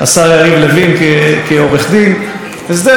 הסדר טיעון עושים כשיש בעיה, יש חולשה של הראיות,